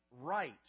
right